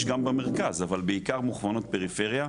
יש גם במרכז, אבל העיקר מוכוונות פריפריה.